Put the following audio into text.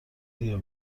بیا